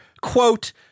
quote